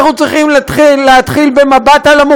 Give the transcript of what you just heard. אנחנו צריכים להתחיל בשירות לאזרח,